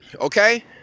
Okay